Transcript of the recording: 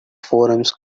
forums